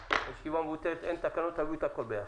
הישיבה מבוטלת, אין תקנות, תביאו את הכול ביחד.